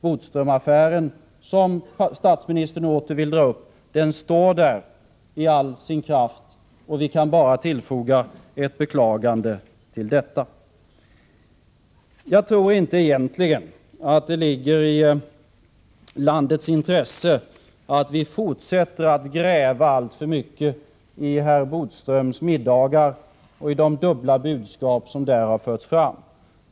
Bodströmaffären, som statsministern åter vill dra upp, står där i all sin åskådlighet. Vi kan bara foga ett beklagande till detta. Jag tror egentligen inte att det ligger i landets intresse att vi fortsätter att gräva alltför mycket i herr Bodströms middagar och i de dubbla budskap som där har förts fram.